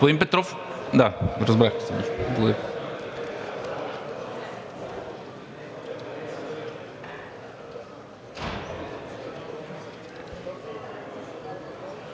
Петров? Да, разбрах.